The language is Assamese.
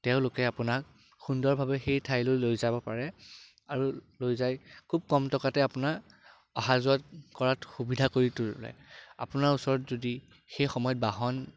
তেওঁলোকে আপোনাক সুন্দৰভাৱে সেই ঠাইলৈ লৈ যাব পাৰে আৰু লৈ যাই খুব কম টকাতে আপোনাৰ অহা যোৱা কৰাত সুবিধা কৰি তোলে আপোনাৰ ওচৰত যদি সেই সময়ত বাহন